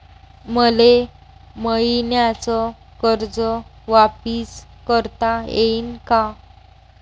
मले मईन्याचं कर्ज वापिस करता येईन का?